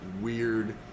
weird